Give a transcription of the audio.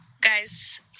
guys